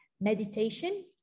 meditation